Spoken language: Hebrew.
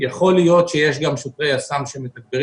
יכול להיות שיש גם שוטרי יס"מ שמתגברים